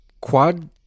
quad